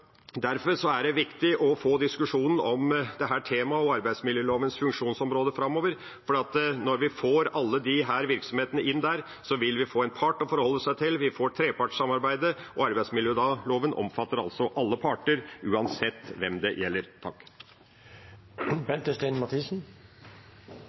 Derfor er det viktig å ha diskusjonen om dette temaet og arbeidsmiljølovas funksjonsområde framover, for når en får alle disse virksomhetene inn der, vil en få en part å forholde seg til, en får trepartssamarbeidet, og arbeidsmiljølova omfatter alle parter uansett hvem det gjelder.